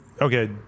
okay